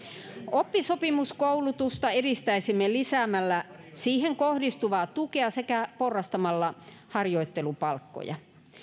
oppisopimuskoulutusta edistäisimme lisäämällä siihen kohdistuvaa tukea sekä porrastamalla harjoittelupalkkoja